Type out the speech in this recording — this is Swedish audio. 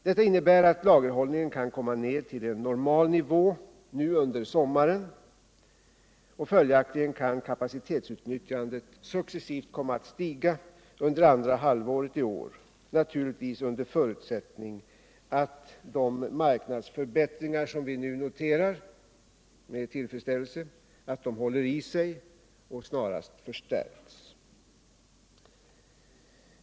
Detta innebär att lagerhållningen kan komma ned till en normal nivå under sommaren. Följaktligen kan kapacitetsutnyttjandet successivt komma att stiga under andra halvåret i år, naturligtvis under förutsättning att de marknadsförbättringar som vi nu med tillfredsställelse noterar håller i sig och kanske också förstärks.